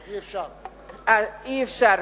אה, אי-אפשר.